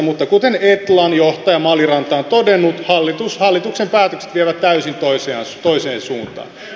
mutta kuten etlan johtaja maliranta on todennut hallituksen päätökset vievät täysin toiseen suuntaan